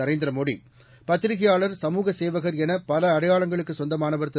நரேந்திர மோடி பத்திரிகையாளர் சமூக சேவகர் என பல அடையாளங்களுக்கு சொந்தமானவர் திரு